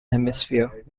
hemisphere